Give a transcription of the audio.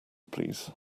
please